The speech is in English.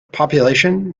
population